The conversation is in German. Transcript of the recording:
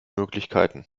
möglichkeiten